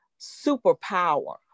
superpower